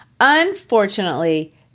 Unfortunately